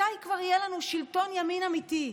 מתי כבר יהיה לנו שלטון ימין אמיתי.